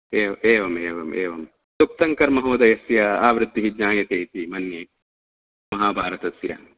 एव् एवमेवम् एवं सुप्तङ्कर् महोदयस्य आवृत्तिः ज्ञायते इति मन्ये महाभारतस्य